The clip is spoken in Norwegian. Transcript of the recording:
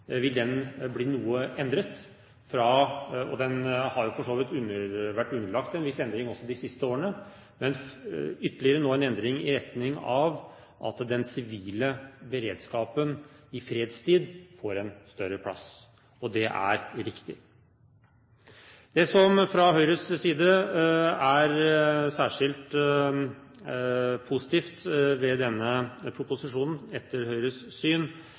vil den bli noe endret. Den har for så vidt vært underlagt en viss endring de siste årene, men får nå ytterligere en endring i retning av at den sivile beredskapen i fredstid får en større plass – og det er riktig. Det som etter Høyres syn er særskilt positivt ved denne proposisjonen,